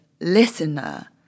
listener